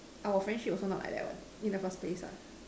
our friendship also not like that one in the first place what